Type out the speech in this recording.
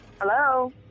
Hello